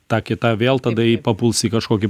ta kita vėl tada į papuls į kažkokį